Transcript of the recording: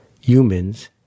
humans